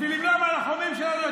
תדבר כשתהיה על